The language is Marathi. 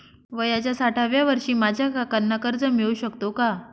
वयाच्या साठाव्या वर्षी माझ्या काकांना कर्ज मिळू शकतो का?